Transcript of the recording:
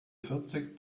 vierzig